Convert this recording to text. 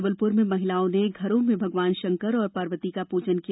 जबलपुर में महिलाओं ने घरों में भगवान शंकर और पार्वती का प्रजन किया